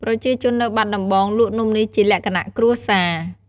ប្រជាជននៅបាត់ដំបងលក់នំនេះជាលក្ខណៈគ្រួសារ។